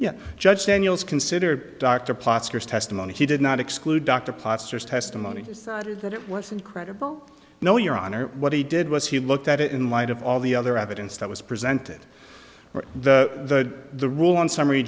yeah judge daniels considered dr plasters testimony he did not exclude dr plasters testimony decided that it wasn't credible no your honor what he did was he looked at it in light of all the other evidence that was presented well the the rule on s